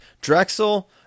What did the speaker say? Drexel